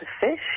fish